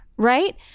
right